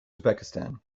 uzbekistan